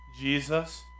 Jesus